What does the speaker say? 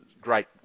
great